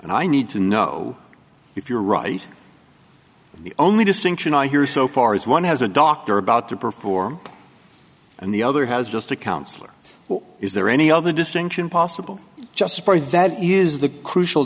and i need to know if you're right the only distinction i hear so far is one has a doctor about to perform and the other has just a counsellor or is there any other distinction possible just for that is the crucial